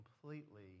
completely